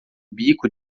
bico